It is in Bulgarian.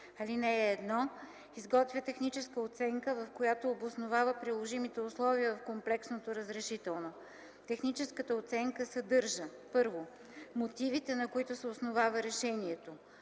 ал. 1 изготвя техническа оценка, в която обосновава приложимите условия в комплексното разрешително. Техническата оценка съдържа: 1. мотивите, на които се основава решението;